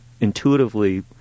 intuitively